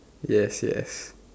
yes yes